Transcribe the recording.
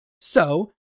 So